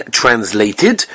translated